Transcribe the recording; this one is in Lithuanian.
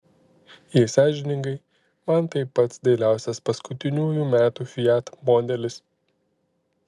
jei sąžiningai man tai pats dailiausias paskutiniųjų metų fiat modelis